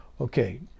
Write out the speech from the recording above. Okay